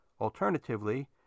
Alternatively